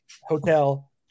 hotel